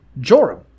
Joram